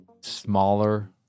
smaller